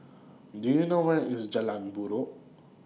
Do YOU know Where IS Jalan Buroh